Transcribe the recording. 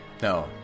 No